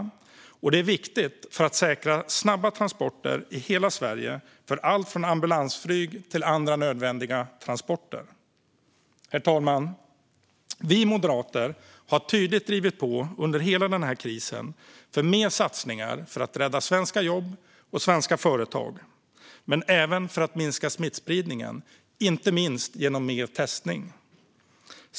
Det är viktigt för att säkra snabba transporter i hela Sverige för allt från ambulansflyg till andra nödvändiga transporter. Herr talman! Vi moderater har under hela den här krisen tydligt drivit på för mer satsningar för att rädda svenska jobb och svenska företag, men även för att minska smittspridningen, inte minst genom mer testning.